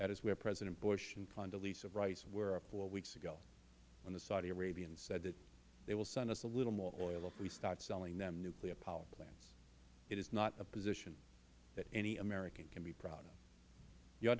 that is where president bush and condoleezza rice were four weeks ago when the saudi arabians said they will send us a little more oil if we start selling them nuclear power plants it is not a position that any american can be proud of your